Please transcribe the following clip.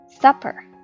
supper